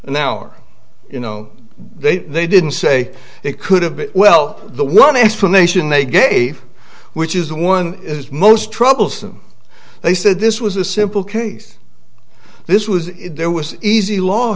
an hour you know they they didn't say it could have been well the one explanation they gave which is one is most troublesome they said this was a simple case this was there was easy law